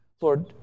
Lord